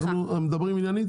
אנחנו מדברים עניינית,